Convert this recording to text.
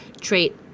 trait